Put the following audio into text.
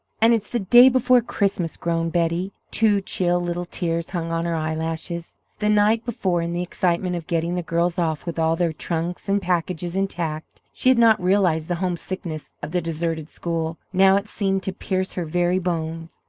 and it's the day before christmas! groaned betty. two chill little tears hung on her eyelashes. the night before, in the excitement of getting the girls off with all their trunks and packages intact, she had not realized the homesickness of the deserted school. now it seemed to pierce her very bones.